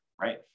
right